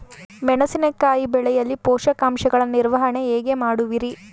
ಮೆಣಸಿನಕಾಯಿ ಬೆಳೆಯಲ್ಲಿ ಪೋಷಕಾಂಶಗಳ ನಿರ್ವಹಣೆ ಹೇಗೆ ಮಾಡುವಿರಿ?